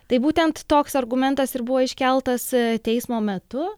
tai būtent toks argumentas ir buvo iškeltas teismo metu